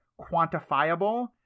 quantifiable